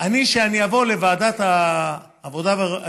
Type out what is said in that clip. כשאני אבוא לוועדת הכספים